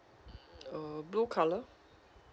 uh blue colour